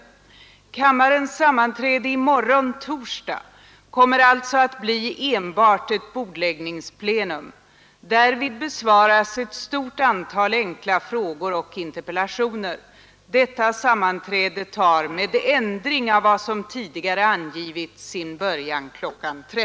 Kammarens sammanträde i morgon, torsdag, kommer alltså att bli enbart ett bordläggningsplenum. Därvid besvaras ett stort antal enkla frågor och interpellationer. Detta sammanträde tar med ändring av vad som tidigare